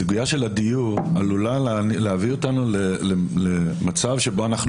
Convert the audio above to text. הסוגיה של הדיור עלולה להביא אותנו למצב שבו אנחנו